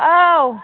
औ